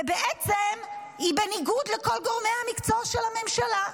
ובעצם היא בניגוד לכל גורמי המקצוע של הממשלה.